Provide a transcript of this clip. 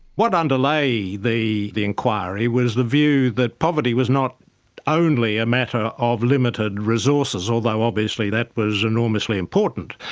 what underlay the the inquiry was the view that poverty was not only a matter of limited resources, although obviously that was enormously important,